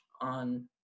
on